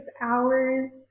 hours